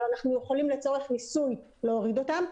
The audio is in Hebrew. אבל אנחנו יכולים לצורך ניסוי להוריד אותם,